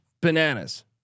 bananas